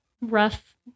rough